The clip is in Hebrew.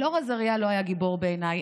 אלאור עזריה לא היה גיבור בעיניי.